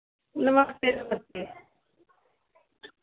नमस्ते नमस्ते